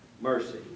mercy